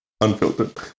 unfiltered